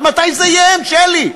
אז מתי זה יהיה הם, שלי?